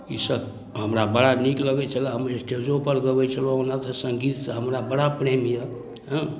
ईसब हमरा बड़ा नीक लगै छलै हम स्टेजोपर गबै छलहुँ ओना तऽ सङ्गीतसँ हमरा बड़ा प्रेम अइ हेँ